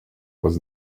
was